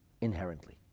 inherently